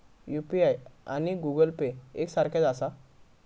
UPI आणि Google Pay एक सारख्याच आसा?